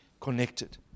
connected